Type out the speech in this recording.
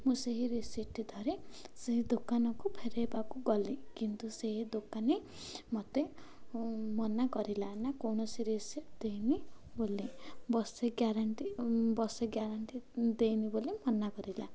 ମୁଁ ସେହି ରିସିପ୍ଟଟି ଧରି ସେହି ଦୋକାନକୁ ଫେରେଇବାକୁ ଗଲି କିନ୍ତୁ ସେ ଦୋକାନୀ ମୋତେ ମନା କରିଲା ନା କୌଣସି ରିସିପ୍ଟ ଦେଇନି ବୋଲି ବର୍ଷେ ଗ୍ୟାରେଣ୍ଟି ବର୍ଷେ ଗ୍ୟାରେଣ୍ଟି ଦେଇନି ବୋଲି ମନା କରିଲା